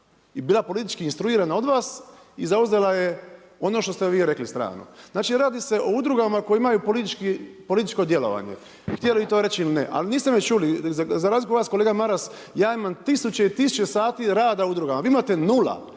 i bila politička instruirana od vas i zauzela je ono što ste vi rekli stranu. Znači radi se o udrugama koje imaju političko djelovanje. Htjelo vi to reći ili ne. Ali niste me čuli. Za razliku od vas, kolega Maras, ja imam tisuće i tisuće sati rada u udrugama. Vi imate 0.